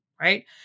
right